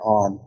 on